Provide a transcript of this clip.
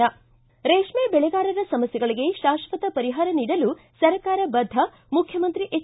ಿ ರೇಷ್ಮೆ ಬೆಳೆಗಾರರ ಸಮಸ್ಥೆಗಳಿಗೆ ಶಾಶ್ವತ ಪರಿಹಾರ ನೀಡಲು ಸರ್ಕಾರ ಬದ್ಧ ಮುಖ್ಯಮಂತ್ರಿ ಎಚ್